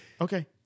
Okay